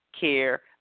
care